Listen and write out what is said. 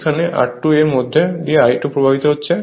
এখানে R2 এবং এর মধ্য দিয়ে I2 প্রবাহিত হচ্ছে